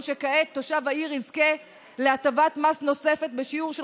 שכעת תושב העיר יזכה להטבת מס נוספת בשיעור של